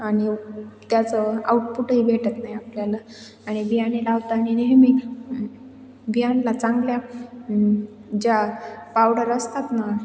आणि त्याचं आउटपुटही भेटत नाही आपल्याला आणि बियाणे लावताना नेहमी बियाण्याला चांगल्या ज्या पावडर असतात ना